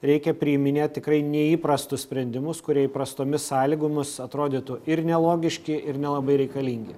reikia priiminėti tikrai neįprastus sprendimus kurie įprastomis sąlygomis atrodytų ir nelogiški ir nelabai reikalingi